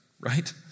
right